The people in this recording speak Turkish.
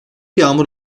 yağmur